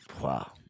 wow